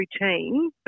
routine